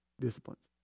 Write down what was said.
disciplines